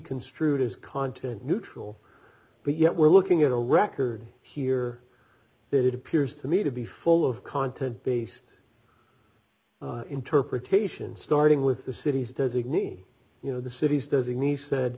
construed as content neutral but yet we're looking at a record here that it appears to me to be full of content based interpretation starting with the city's designee you know the city's designee said